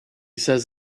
says